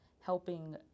helping